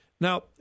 Now